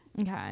Okay